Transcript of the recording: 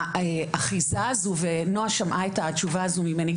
האחיזה הזו ונועה שמעה את התשובה הזו ממני,